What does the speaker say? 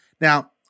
Now